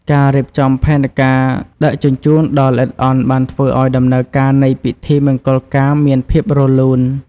ការរៀបចំផែនការដឹកជញ្ជូនដ៏ល្អិតល្អន់បានធ្វើឱ្យដំណើរការនៃពិធីមង្គលការមានភាពរលូន។